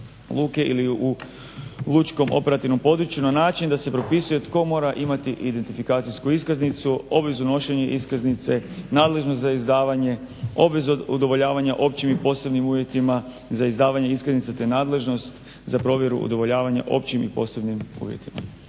luke ili u lučkom operativnom području na način da se propisuje tko mora imati identifikacijsku iskaznicu, obavezno nošenje iskaznice, nadležnost za izdavanje, obvezu udovoljavanja općim i posebnim uvjetima za izdavanje iskaznica te nadležnost za provjeru udovoljavanja općim i posebnim uvjetima.